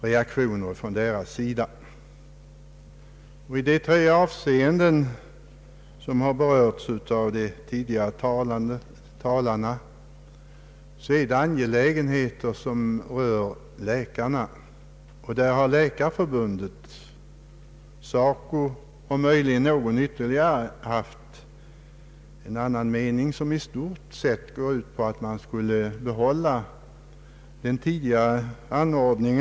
De tre avsnitt av propositionen som berörts av de tidigare talarna gäller angelägenheter som avser läkarna. Läkarförbundet, SACO och möjligen ytterligare någon instans har ansett att man i stort sett borde behålla tidigare gällande ordning.